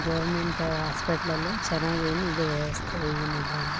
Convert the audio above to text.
government ಆಸ್ಪಿಟ್ಲಲ್ಲಿ ಚೆನ್ನಾಗ್ ಏನಿದೆ ವ್ಯವಸ್ಥೆ ಈಗಿನ ಇದರಲ್ಲಿ